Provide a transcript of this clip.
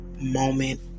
moment